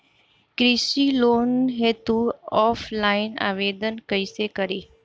कृषि लोन हेतू ऑफलाइन आवेदन कइसे करि?